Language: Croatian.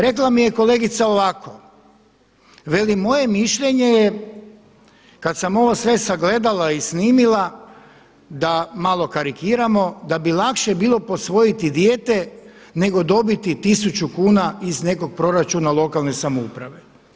Rekla mi je kolegica ovako, veli moje mišljenje je kada sam ovo sve sagledala i snimila da malo karikiramo da bi lakše bilo posvojiti dijete nego dobiti tisuću kuna iz nekog proračuna lokalne samouprave.